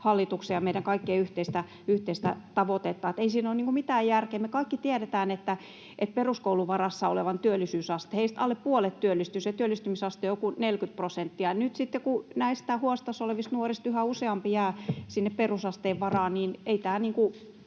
hallituksen ja meidän kaikkien yhteistä tavoitetta. Ei siinä ole mitään järkeä. Me kaikki tiedetään, että peruskoulun varassa olevista alle puolet työllistyy. Se työllistymisaste on joku 40 prosenttia. Ja nyt sitten, kun näistä huostassa olevista nuorista yhä useampi jää sinne perusasteen varaan, ei tämä